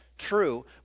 true